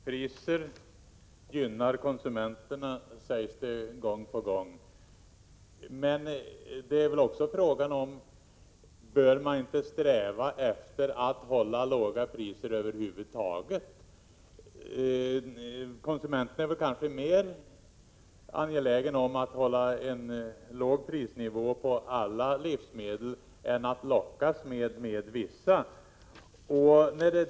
Herr talman! Lockpriser gynnar konsumenterna, sägs det gång på gång. — 13 maj 1987 Men frågan är väl också: Bör man inte sträva efter att hålla låga priser över huvud taget? Konsumenten är kanske mer angelägen om en låg prisnivå på alla livsmedel än att lockas med vissa.